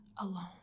alone